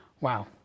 Wow